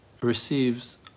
receives